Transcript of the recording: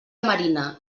marina